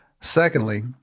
Secondly